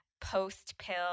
post-pill